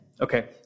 Okay